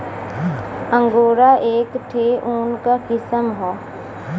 angora एक ठे ऊन क किसम हौ